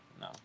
No